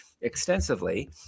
extensively